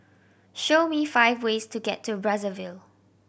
show me five ways to get to Brazzaville